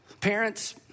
Parents